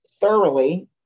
Thoroughly